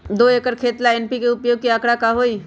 दो एकर खेत ला एन.पी.के उपयोग के का आंकड़ा होई?